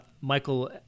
Michael